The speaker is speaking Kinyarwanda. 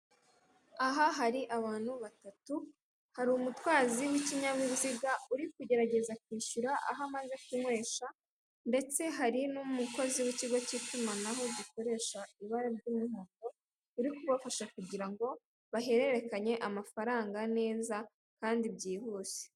Aha hari abantu batatu, hari umutwazi w'ikinyabiziga uri kugerageza kwishyura aho amaze kunywesha, ndetse hari n'umukozi w'ikigo cy'itumanaho gikoresha ibara ry'umuhondo, uri kubafasha kugira ngo bahererekanye amafaranga neza kandi byihuse.